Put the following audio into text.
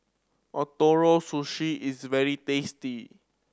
Ootoro Sushi is very tasty